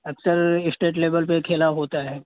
اکثر state level پہ کھیلا ہوتا ہے